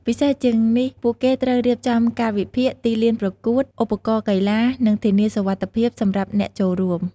ពិសេសជាងនេះពួកគេត្រូវរៀបចំកាលវិភាគ ទីលានប្រកួត ឧបករណ៍កីឡា និងធានាសុវត្ថិភាពសម្រាប់អ្នកចូលរួម។